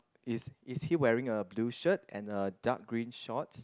is is he wearing a blue shirt and a dark green shorts